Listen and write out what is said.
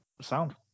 Sound